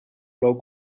plou